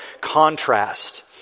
contrast